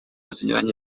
zinyuranye